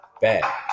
Bad